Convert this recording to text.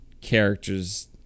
characters